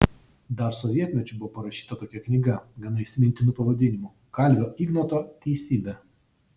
dar sovietmečiu buvo parašyta tokia knyga gana įsimintinu pavadinimu kalvio ignoto teisybė